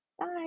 bye